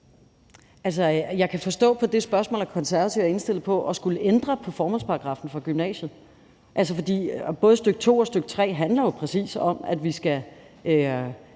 jeg kan forstå på det spørgsmål, at Konservative er indstillet på at skulle ændre på formålsparagraffen for gymnasiet, for både stk. 2 og stk. 3 handler jo præcis om, at vi skal